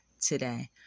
today